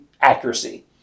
accuracy